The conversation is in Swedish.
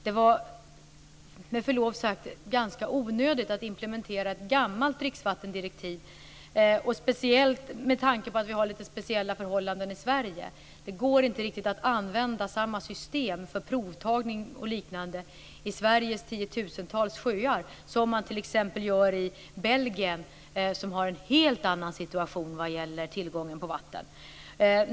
Det är med förlov sagt ganska onödigt att implementera ett gammalt dricksvattendirektiv, särskilt med tanke på att vi har litet speciella förhållanden i Sverige. Det går inte riktigt att använda samma system för provtagning och liknande i Sveriges tiotusentals sjöar som man t.ex. gör i Belgien där man har en helt annan situation vad gäller tillgång på vatten.